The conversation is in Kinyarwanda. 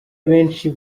abenshi